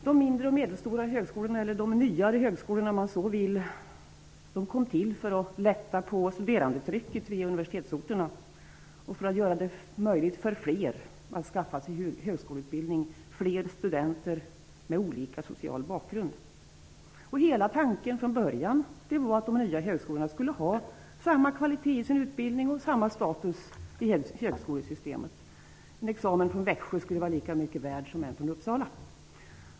De mindre och medelstora högskolorna eller de nyare högskolorna, om man så vill, kom till för att lätta på studerandetrycket vid universitetsorterna och för att göra det möjligt för fler att skaffa sig högskoleutbildning, fler studenter med olika social bakgrund. Hela tanken från början var att de nya högskolorna skulle ha samma kvalitet i sin utbildning och samma status i högskolesystemet. En examen från Växjö skulle vara lika mycket värd som en från Uppsala.